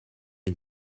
est